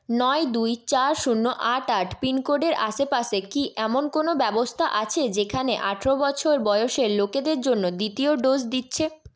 নয় দুই চার শূন্য আট আট পিনকোডের আশেপাশে কি এমন কোনও ব্যবস্থা আছে যেখানে আঠারো বছর বয়সের লোকেদের জন্য দ্বিতীয় ডোজ দিচ্ছে